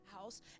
house